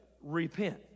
repent